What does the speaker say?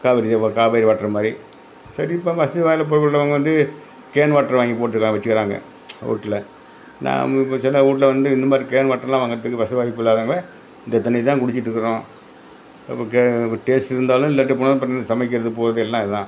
காவேரி பாக் காவேரி வாட்டர் மாதிரி சரி இப்போ வசதி வாய்ப்பு உள்ளவங்க வந்து கேன் வாட்டர் வாங்கி போட்டு இருக்காங்க வச்சுக்கிறாங்க வீட்டுல நான் இப்போ சில வீட்டுல வந்து இந்தமாதிரி கேன் வாட்டருலாம் வாங்குறதுக்கு வசதி வாய்ப்பு இல்லாதவங்க இந்த தண்ணி தான் குடிச்சிவிட்டு இருக்கிறோம் இப்போ க இப்போ டேஸ்ட்டு இருந்தாலும் இல்லாட்டி போனாலும் இப்போ சமைக்கிறது போகறது எல்லாம் இதான்